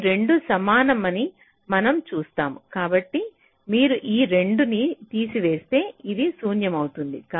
ఈ 2 సమాన మని మనం చూస్తాము కాబట్టి మీరు ఈ 2 ను తీసివేస్తే అది శూన్యమవుతుంది